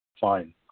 Fine